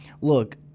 look